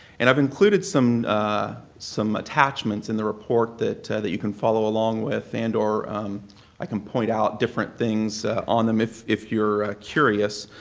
and i've included some some attachments in the report that that you can follow along with and or i can point out different things on them if if you're curious.